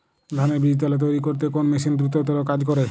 ধানের বীজতলা তৈরি করতে কোন মেশিন দ্রুততর কাজ করে?